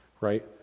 right